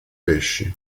pesci